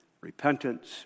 repentance